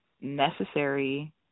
necessary